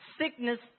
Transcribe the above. sickness